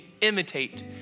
imitate